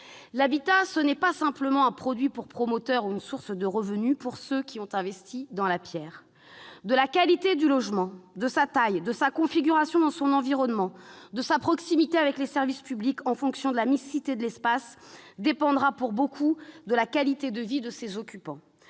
L'habitat, ce n'est pas simplement un produit pour promoteur ou une source de revenus pour ceux qui ont investi dans la pierre. De la qualité du logement, de sa taille, de sa configuration dans son environnement, de sa proximité avec les services publics en fonction de la mixité de l'espace dépendra, pour beaucoup, la qualité de vie de ses occupants.